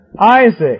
Isaac